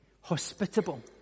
hospitable